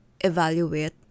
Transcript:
evaluate